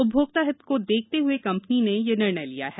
उपभोक्ता हित को देखते हुए कंपनी ने यह निर्णय लिया है